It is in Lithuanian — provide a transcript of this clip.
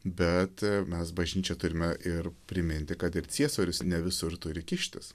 bet mes bažnyčia turime ir priminti kad ir ciesorius ne visur turi kištis